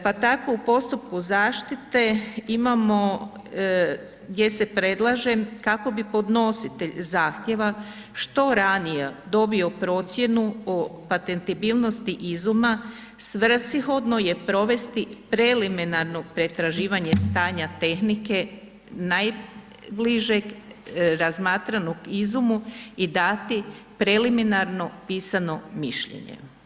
Pa tako u postupku zaštite imamo gdje se predlaže kako bi podnositelj zahtjeva što ranije dobio procjenu o patentibilnosti izuma svrsishodno je provesti preliminarno pretraživanje stanja tehnike najbliže razmatranog izumu i dati preliminarno pisano mišljenje.